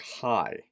high